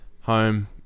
home